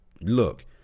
look